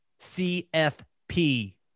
CFP